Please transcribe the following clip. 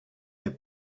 est